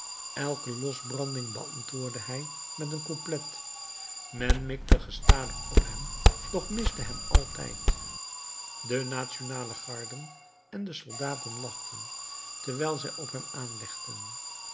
elke losbranding beantwoordde hij met een couplet men mikte gestadig op hem doch miste hem altijd de nationale garden en de soldaten lachten terwijl zij op hem